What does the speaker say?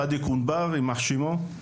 פאדי קונבר יימח שמו,